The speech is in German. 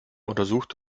untersucht